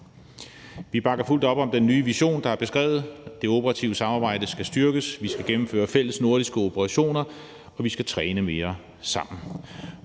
Vi bakker fuldt op om den nye vision, der er beskrevet. Det operative samarbejde skal styrkes, vi skal gennemføre fælles nordiske operationer, og vi skal træne mere sammen.